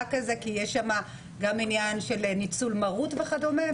כזה כי יש שמה גם עניין של ניצול מרות וכדומה?